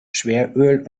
schweröl